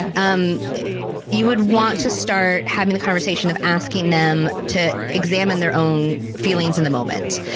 um you would want to start having the conversation of asking them to examine their own feelings in the moment.